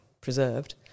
preserved